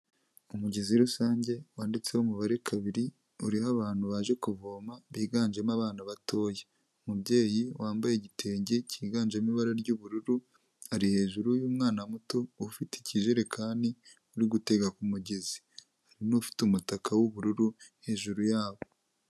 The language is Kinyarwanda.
Umugezi rusange wanditseho umubare kabiri uriho abantu baje kuvoma biganjemo abana batoya. Umubyeyi wambaye igitenge cyiganjemo ibara ry'ubururu ari hejuru y'umwana muto ufite ikijerekani uri gutega ku mugezi, n'ufite umutaka w'ubururu hejuru yabo.